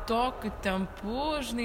tokiu tempu žinai